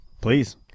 Please